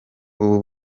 ubu